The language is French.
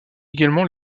également